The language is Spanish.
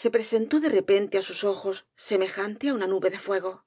se presentó de repente á sus ojos semejante á una nube de fuego y